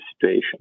situation